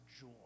joy